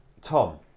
Tom